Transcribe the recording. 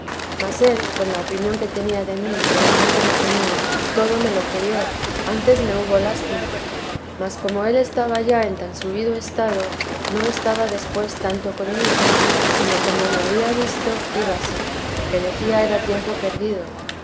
mas él con la opinión que tenía de mí y el amor que me tenía todo me lo creyó antes me hubo lástima mas como él estaba ya en tan subido estado no estaba después tanto conmigo sino como me había visto íbase que decía era tiempo perdido